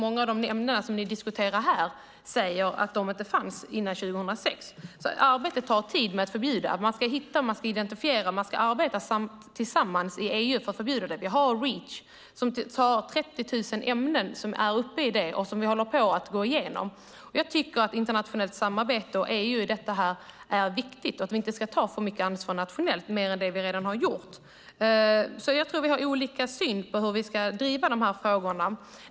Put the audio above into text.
Många av ämnena kände man inte till före 2006. Det tar tid. Innan man kan förbjuda måste man hitta och identifiera ämnena. Vi arbetar tillsammans i EU för att förbjuda ämnen. Reach är uppe i 30 000 ämnen som vi håller på att gå igenom. Jag tycker att internationellt samarbete och samarbete i EU är viktigt, och vi ska inte ta mer ansvar nationellt än vi redan gjort. Vi har helt enkelt olika syn på hur vi ska driva frågorna.